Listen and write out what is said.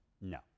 No